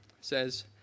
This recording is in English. says